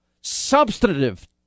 substantive